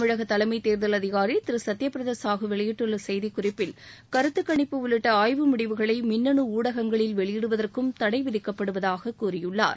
தமிழக தலைமைத் தேர்தல் அதிகாரி திரு சத்ய பிரதா சாஹூ வெளியிட்டுள்ள செய்திக்குறிப்பில் கருத்துக்களிப்பு உள்ளிட்ட ஆய்வு முடிவுகளை மின்னனு ஊடகங்களில் வெளியிடுவதற்கும் தடை விதிக்கப்படுவதாக கூறியுள்ளார்